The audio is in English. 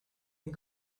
and